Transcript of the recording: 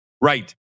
Right